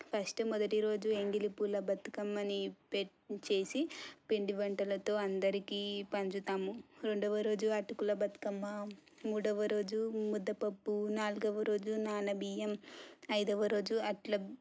first మొదటిరోజు ఎంగిలి పూల బతుకమ్మని పె చేసి పిండి వంటలతో అందరికీ పంచుతాము రెండొవ రోజు అటుకుల బతుకమ్మ మూడవరోజు ముద్దపప్పు నాలుగవ రోజు నాన బియ్యం ఐదవ రోజు అట్ల